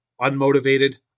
unmotivated